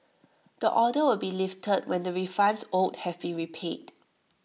the order will be lifted when the refunds owed have been repaid